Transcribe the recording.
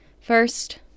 first